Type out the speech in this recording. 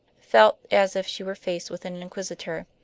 felt as if she were faced with an inquisitor.